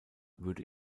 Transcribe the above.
würde